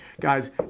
Guys